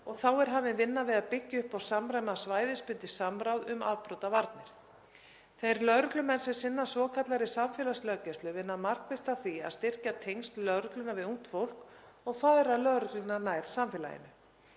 og þá er hafin vinna við að byggja upp og samræma svæðisbundið samráð um afbrotavarnir. Þeir lögreglumenn sem sinna svokallaðri samfélagslöggæslu vinna markvisst að því að styrkja tengsl lögreglunnar við ungt fólk og færa lögregluna nærsamfélaginu.